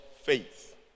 faith